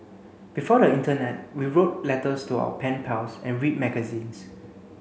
before the internet we wrote letters to our pen pals and read magazines